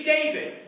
David